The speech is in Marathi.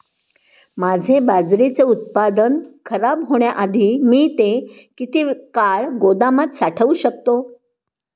माझे बाजरीचे उत्पादन खराब होण्याआधी मी ते किती काळ गोदामात साठवू शकतो?